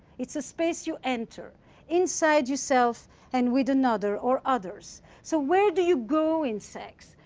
it's a space you enter inside yourself and with another, or others. so where do you go in sex?